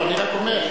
אני רק אומר,